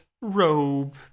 robe